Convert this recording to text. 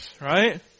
right